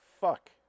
Fuck